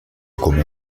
come